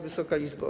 Wysoka Izbo!